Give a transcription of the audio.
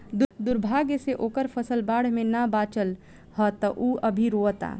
दुर्भाग्य से ओकर फसल बाढ़ में ना बाचल ह त उ अभी रोओता